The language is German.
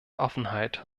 offenheit